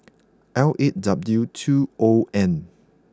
L eight W two O N